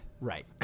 right